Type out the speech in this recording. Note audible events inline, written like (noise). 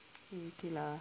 (noise) okay lah